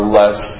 less